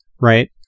right